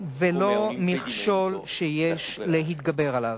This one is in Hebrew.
ולא מכשול שיש להתגבר עליו.